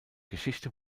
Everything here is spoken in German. geschichte